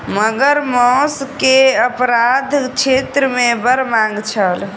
मगर मौस के अपराध क्षेत्र मे बड़ मांग छल